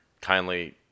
kindly